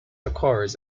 occurs